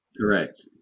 Correct